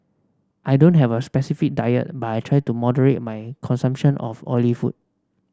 I don't have a specific diet but I try to moderate my consumption of oily food